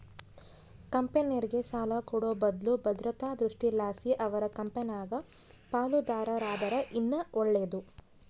ಕಂಪೆನೇರ್ಗೆ ಸಾಲ ಕೊಡೋ ಬದ್ಲು ಭದ್ರತಾ ದೃಷ್ಟಿಲಾಸಿ ಅವರ ಕಂಪೆನಾಗ ಪಾಲುದಾರರಾದರ ಇನ್ನ ಒಳ್ಳೇದು